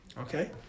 okay